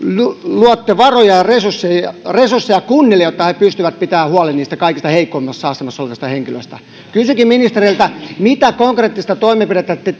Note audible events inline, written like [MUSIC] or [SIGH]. luotte varoja ja resursseja ja resursseja kunnille jotta ne pystyvät pitämään huolen niistä kaikkein heikoimmassa asemassa olevista henkilöistä kysynkin ministeriltä mitä konkreettisia toimenpiteitä te [UNINTELLIGIBLE]